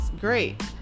Great